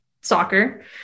soccer